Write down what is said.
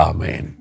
Amen